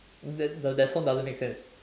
that that song doesn't make sense